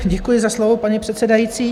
Děkuji za slovo, paní předsedající.